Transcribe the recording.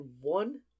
one